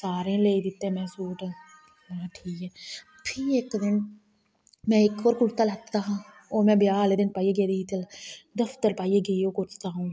सारें गी लेई दित्ते में सूट फ्ही इक दिन में इक होर कुर्ता लैता दा हा ओह् में ब्याह आहले दिन पाइयै गेदी ही दफ्तर पाइयै गेई अऊं ओह् कुर्ता में